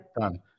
done